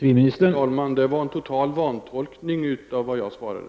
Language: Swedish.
Herr talman! Det var en total vantolkning av vad jag sade.